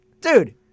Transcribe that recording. Dude